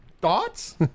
Thoughts